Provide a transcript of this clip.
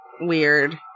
weird